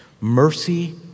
mercy